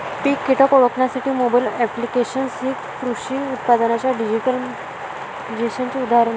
पीक कीटक ओळखण्यासाठी mobile applications हे कृषी उत्पादनांच्या डिजिटलायझेशनचे उदाहरण आहे